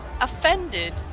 offended